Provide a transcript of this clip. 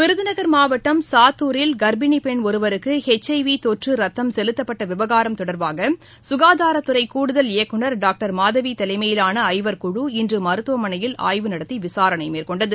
விருதுநகர் மாவட்டம் சாத்தூரில் கர்ப்பிணி பெண் ஒருவருக்கு ஹெச் ஐ வி தொற்று ரத்தம் செலுத்தப்பட்ட விவகாரம் தொடர்பாக ககாதாரத்துறை கூடுதல் இயக்குனர் டாக்டர் மாதவி தலைமையிலான ஐவர் குழு இன்று மருத்துவமனையில் ஆய்வு நடத்தி விசாரணை மேற்கொண்டது